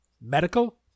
Medical